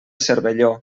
cervelló